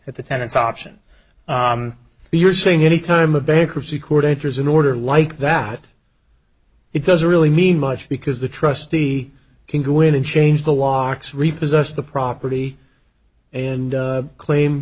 at the tenants option b you're saying any time a bankruptcy court enters an order like that it doesn't really mean much because the trustee can go in and change the locks repossessed the property and claim